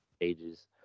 ages